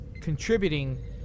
contributing